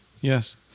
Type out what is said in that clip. Yes